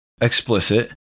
explicit